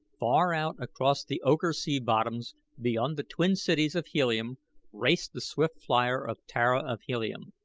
far out across the ochre sea-bottoms beyond the twin cities of helium raced the swift flier of tara of helium.